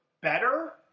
better